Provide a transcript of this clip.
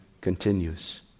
continues